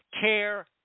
care